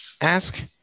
ask